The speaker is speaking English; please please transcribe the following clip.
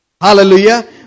Hallelujah